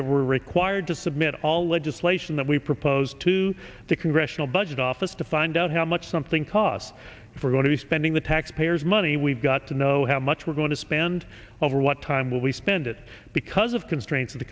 that we're required to submit all legislation that we proposed to the congressional budget office to find out how much something costs for going to be spending the taxpayers money we've got to know how much we're going to spend over what time will we spend it because of constraints of the